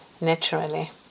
naturally